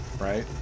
right